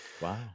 Wow